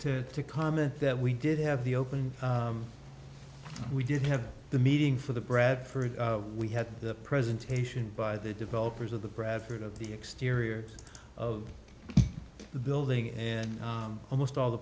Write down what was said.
to to comment that we did have the open we did have the meeting for the bradford we had the presentation by the developers of the bradford of the exterior of the building and almost all the